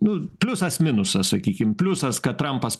nu pliusas minusas sakykim pliusas kad trampas